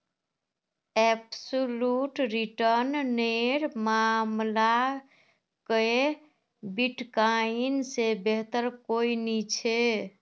absolute return नेर मामला क बिटकॉइन से बेहतर कोई नी छे